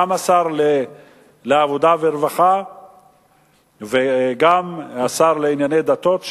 גם שר העבודה והרווחה וגם השר לענייני דתות,